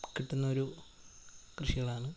കിട്ടുന്നൊരു കൃഷികളാണ്